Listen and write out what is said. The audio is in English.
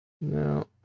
No